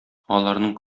аларның